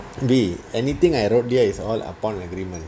B anything I wrote here is all upon agreement